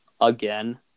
again